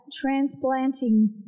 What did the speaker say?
transplanting